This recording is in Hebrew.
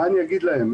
מה אני אגיד להם?